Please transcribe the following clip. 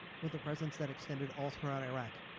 with a presence that extended all throughout iraq.